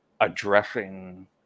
addressing